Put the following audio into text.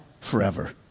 forever